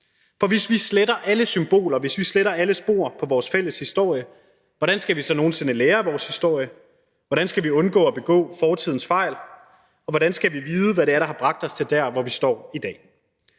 For hvis vi sletter alle symboler, hvis vi sletter alle spor af vores fælles historie, hvordan skal vi så nogen sinde lære af vores historie, hvordan skal vi undgå at begå fortidens fejl, og hvordan skal vi vide, hvad det er, der har bragt os dertil, hvor vi står i dag?